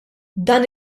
dan